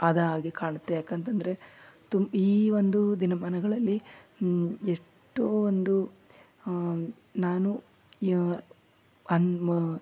ಆದ ಹಾಗೆ ಕಾಣುತ್ತೆ ಯಾಕಂತಂದರೆ ತು ಈ ಒಂದು ದಿನಮಾನಗಳಲ್ಲಿ ಎಷ್ಟೋ ಒಂದು ನಾನು ಯ